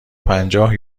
پنجاه